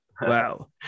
wow